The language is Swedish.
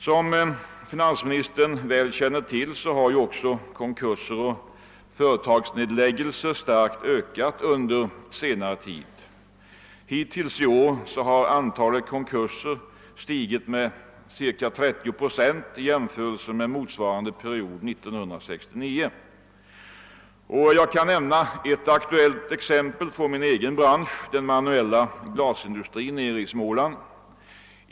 Som finansministern väl känner till har mängden konkurser och företagsnedläggningar kraftigt ökat under senare tid. Hittills i år har antalet konkurser stigit med ca 30 procent i jämförelse med motsvarande period 1969. Jag kan nämna ett aktuellt exempel från min egen bransch, den manuella glasindustrin i Småland.